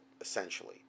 essentially